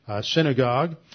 synagogue